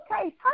okay